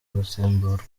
gusimburwa